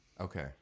okay